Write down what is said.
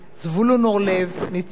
ניצן הורוביץ,